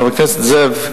חבר הכנסת זאב,